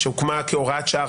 שהוקמה כהוראת שעה,